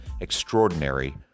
extraordinary